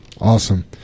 Awesome